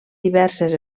diverses